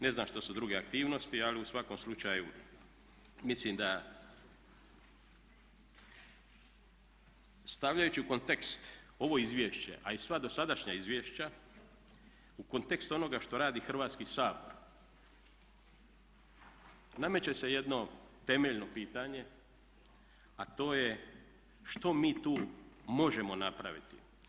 Ne znam šta su druge aktivnosti ali u svakom slučaju mislim da stavljajući u kontekst ovo izvješće a i sva dosadašnja izvješća u kontekstu onoga što radi Hrvatski sabor nameće se jedno temeljno pitanje a to je što mi tu možemo napraviti.